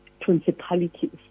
principalities